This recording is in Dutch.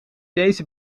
deze